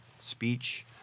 speech